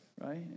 right